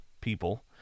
people